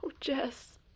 Jess